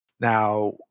now